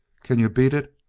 can you beat it?